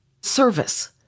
service